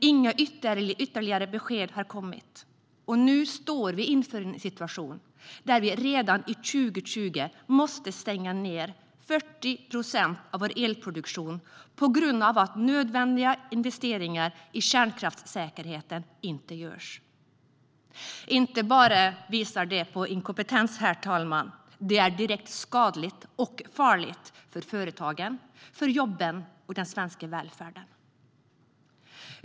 Inga ytterligare besked har kommit, och nu står vi inför en situation där vi redan 2020 måste stänga ned 40 procent av vår elproduktion på grund av att nödvändiga investeringar i kärnkraftssäkerheten inte görs. Herr talman! Detta visar inte bara på inkompetens. Det är direkt skadligt och farligt för företagen, jobben och den svenska välfärden.